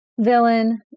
Villain